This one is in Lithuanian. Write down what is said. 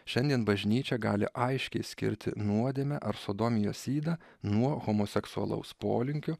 šiandien bažnyčia gali aiškiai skirti nuodėmę ar sodomijos ydą nuo homoseksualaus polinkio